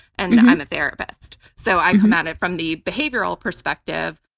and i'm a therapist. so i come at it from the behavioral perspective.